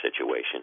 situation